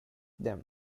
them